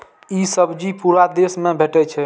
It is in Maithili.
ई सब्जी पूरा देश मे भेटै छै